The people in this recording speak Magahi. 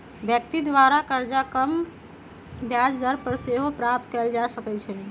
व्यक्ति द्वारा करजा कम ब्याज दर पर सेहो प्राप्त कएल जा सकइ छै